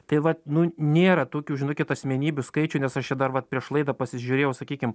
tai vat nu nėra tokių žinokit asmenybių skaičių nes aš čia dar vat prieš laidą pasižiūrėjau sakykim